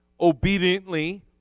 obediently